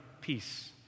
peace